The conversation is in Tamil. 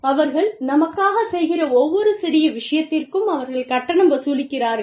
அவர்கள் நமக்காகச் செய்கிற ஒவ்வொரு சிறிய விஷயத்திற்கும் அவர்கள் கட்டணம் வசூலிக்கிறார்கள்